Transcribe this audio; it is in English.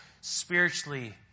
spiritually